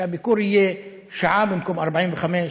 שהביקור יהיה שעה במקום 45 דקות,